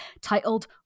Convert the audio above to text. titled